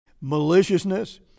maliciousness